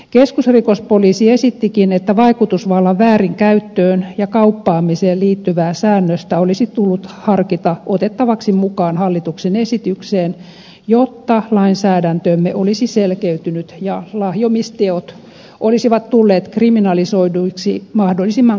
keskusrikospoliisi esittikin että vaikutusvallan väärinkäyttöön ja kauppaamiseen liittyvää säännöstä olisi tullut harkita otettavaksi mukaan hallituksen esitykseen jotta lainsäädäntömme olisi selkeytynyt ja lahjomisteot olisivat tulleet kriminalisoiduiksi mahdollisimman kattavasti lainsäädännössämme